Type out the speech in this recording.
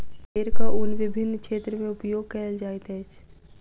भेड़क ऊन विभिन्न क्षेत्र में उपयोग कयल जाइत अछि